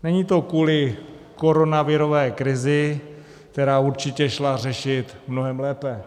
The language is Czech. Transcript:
Není to kvůli koronavirové krizi, která určitě šla řešit mnohem lépe.